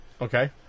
Okay